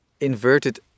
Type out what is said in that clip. inverted